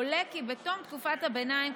עולה כי בתום תקופת הביניים,